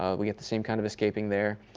um we get the same kind of escaping there.